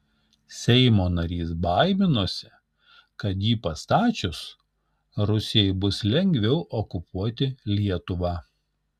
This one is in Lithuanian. seimo narys baiminosi kad jį pastačius rusijai bus lengviau okupuoti lietuvą